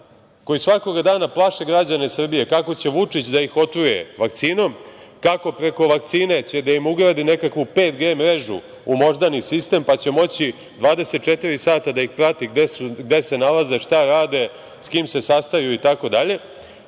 koji svakog dana plaše građane Srbije kako će Vučić da ih otruje vakcinom, kako će preko vakcine da im ugradi nekakvu 5G mrežu u moždani sistem, pa će moći 24 časa da ih prati gde se nalaze, šta rade, sa kim se sastaju, itd.